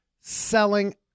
selling